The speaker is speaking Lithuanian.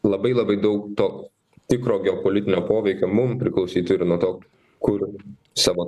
labai labai daug to tikro geopolitinio poveikio mum priklausytų ir nuo to kur savo